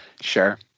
Sure